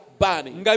burning